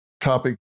topic